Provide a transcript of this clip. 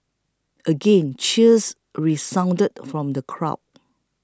again cheers resounded from the crowd